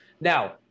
Now